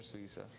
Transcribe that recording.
visa